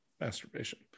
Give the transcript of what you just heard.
masturbation